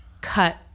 cut